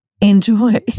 Enjoy